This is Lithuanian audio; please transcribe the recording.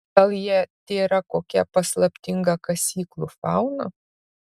gal jie tėra kokia paslaptinga kasyklų fauna